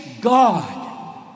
God